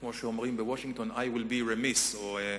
כמו שאומרים בוושינגטון: I will be remissed, או: